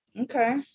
okay